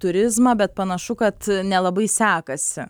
turizmą bet panašu kad nelabai sekasi